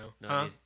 no